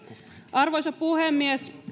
arvoisa puhemies